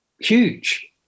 huge